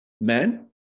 men